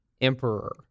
emperor